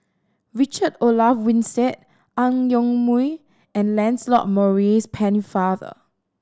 Richard Olaf Winstedt Ang Yoke Mooi and Lancelot Maurice Pennefather